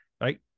right